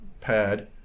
pad